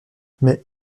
mais